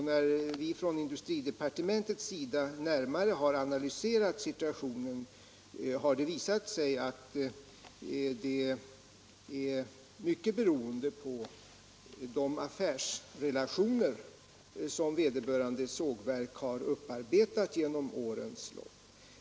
När vi från industridepartementets sida närmare har analyserat situationen har det visat sig att förhållandena är mycket beroende av de affärsrelationer som vederbörande sågverk har upparbetat under årens lopp.